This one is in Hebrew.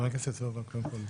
חבר הכנסת סובה, בבקשה.